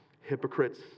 hypocrites